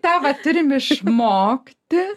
tą va turim išmokti